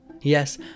Yes